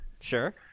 Sure